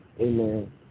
Amen